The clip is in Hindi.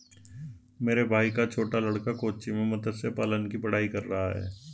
मेरे भाई का छोटा लड़का कोच्चि में मत्स्य पालन की पढ़ाई कर रहा है